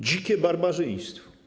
Dzikie barbarzyństwo.